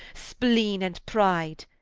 spleene, and pride.